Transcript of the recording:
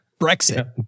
Brexit